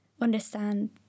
understand